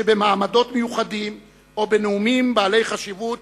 שבמעמדות מיוחדים או בנאומים בעלי חשיבות